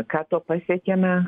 ką tuo pasiekėme